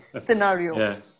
scenario